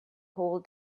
hold